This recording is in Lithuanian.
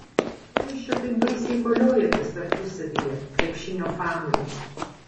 ko jūs čia taip baisiai koliojatės tarpusavyje krepšinio fanai